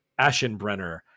Ashenbrenner